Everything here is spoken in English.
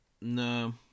no